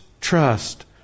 trust